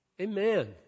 Amen